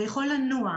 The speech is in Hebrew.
זה יכול לנוע.